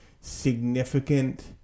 significant